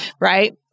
Right